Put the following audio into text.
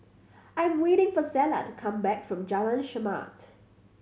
I am waiting for Zella to come back from Jalan Chermat